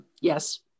Yes